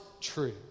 true